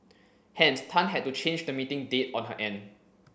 hence Tan had to change the meeting date on her end